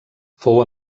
fou